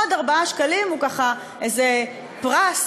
עוד ארבעה שקלים זה ככה איזה פרס,